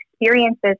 experiences